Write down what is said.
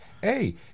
Hey